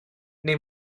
neu